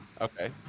Okay